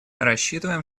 рассчитываем